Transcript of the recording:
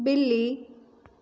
बिल्ली